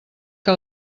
que